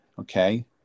Okay